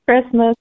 Christmas